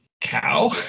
Cow